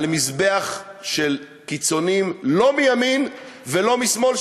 על מזבח של קיצונים, לא מימין ולא משמאל.